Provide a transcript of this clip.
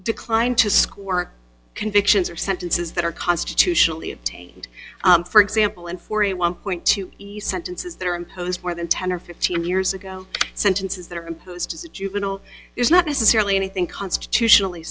decline to squirt convictions or sentences that are constitutionally obtained for example and for a one point two ease sentences that are imposed more than ten or fifteen years ago sentences that are imposed as a juvenile there's not necessarily anything constitutionally